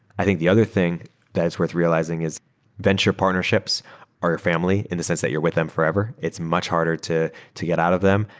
i think the other thing that is worth realizing is venture partnerships are family in the sense that you're with them forever. it's much harder to to get out of them,